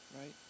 Right